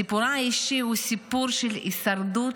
סיפורה האישי הוא סיפור של הישרדות,